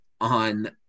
on